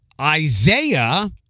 Isaiah